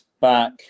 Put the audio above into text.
back